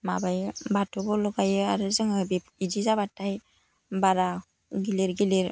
माबायो बाथौबो ल'गायो आरो जोङो बिदि जाबाथाय बारा गिलिर गिलिर